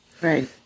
Right